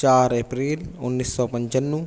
چار اپریل انیس سو پچانوے